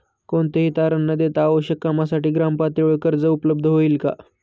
कोणतेही तारण न देता आवश्यक कामासाठी ग्रामपातळीवर कर्ज उपलब्ध होईल का?